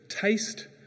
taste